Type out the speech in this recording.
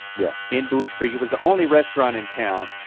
yeah. in buies creek, it was the only restaurant in town,